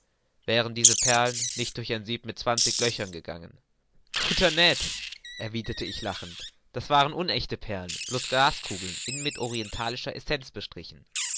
wären diese perlen nicht durch ein sieb mit zwanzig löchern gegangen guter ned erwiderte ich lachend das waren unechte perlen bloß glaskugeln innen mit orientalischer essenz bestrichen